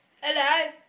Hello